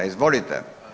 Izvolite.